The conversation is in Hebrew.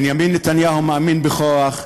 בנימין נתניהו מאמין בכוח,